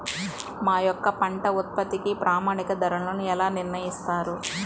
మా యొక్క పంట ఉత్పత్తికి ప్రామాణిక ధరలను ఎలా నిర్ణయిస్తారు?